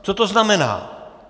Co to znamená?